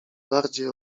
bardziej